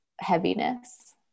heaviness